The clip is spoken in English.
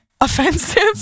offensive